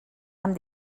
amb